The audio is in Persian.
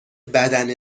بدن